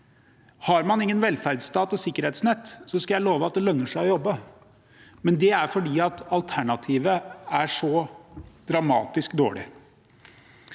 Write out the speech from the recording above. Har man ingen velferdsstat eller noe sikkerhetsnett, skal jeg love at det lønner seg å jobbe. Men det er fordi alternativet er så dramatisk dårlig.